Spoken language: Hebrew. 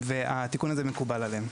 והתיקון הזה מקובל עליהם.